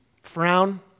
Frown